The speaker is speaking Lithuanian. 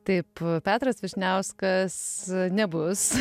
taip petras vyšniauskas nebus